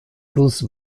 plus